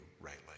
rightly